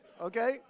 okay